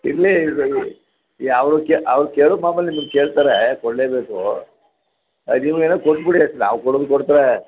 ಇರಲಿ ಯಾವುದಕ್ಕೆ ಅವ್ರು ಕೇಳೋದು ಮಾಮೂಲಿ ನಿಮ್ಮನ್ನ ಕೇಳ್ತಾರೆ ಕೊಡಲೇ ಬೇಕು ಅದು ನಿಮ್ಗೆ ಏನೋ ಕೊಟ್ಬಿಡಿ ಅತ್ ನಾವು ಕೊಡೋದು ಕೊಡ್ತೇವೆ